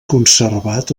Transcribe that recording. conservat